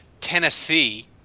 Tennessee